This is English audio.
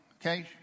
Okay